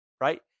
right